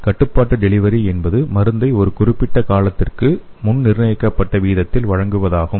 கட்டுப்பாட்டு டெலிவரி என்பது மருந்தை ஒரு குறிப்பிட்ட காலத்திற்கு முன் நிர்ணயிக்கப்பட்ட வீதத்தில் வழங்குவதாகும்